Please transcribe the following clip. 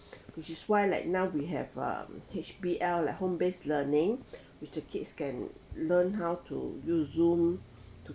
which is why like now we have um H_B_L like home base learning which the kids can learn how to use zoom to